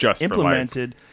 implemented